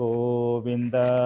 Govinda